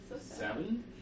Seven